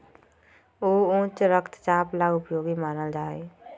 ऊ उच्च रक्तचाप ला उपयोगी मानल जाहई